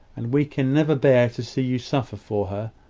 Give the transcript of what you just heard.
and we can never bear to see you suffer for her.